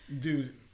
Dude